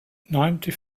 ninety